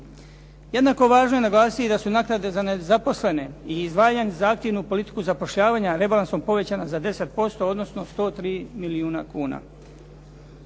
Jednako važno je naglasiti da su naknade za nezaposlene i izdvajanja za zahtjevnu politiku zapošljavanja rebalansom povećana za 10%, odnosno 103 milijuna kuna.